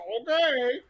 okay